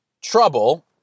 trouble